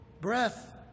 breath